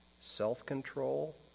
self-control